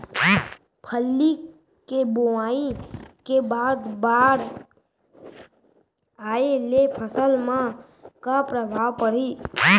फल्ली के बोआई के बाद बाढ़ आये ले फसल मा का प्रभाव पड़ही?